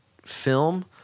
film